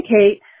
Kate